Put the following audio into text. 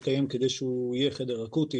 אני קודם כל רוצה להודות לך אדוני על החידודים.